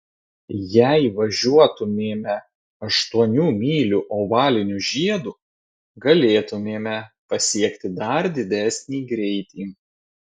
jei važiuotumėme aštuonių mylių ovaliniu žiedu galėtumėme pasiekti dar didesnį greitį